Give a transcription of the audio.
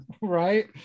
Right